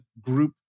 group